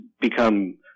become